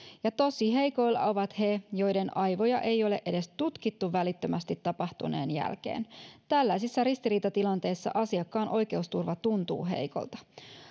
ja tosi heikoilla ovat he joiden aivoja ei ole edes tutkittu välittömästi tapahtuneen jälkeen tällaisissa ristiriitatilanteissa asiakkaan oikeusturva tuntuu heikolta